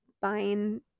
buying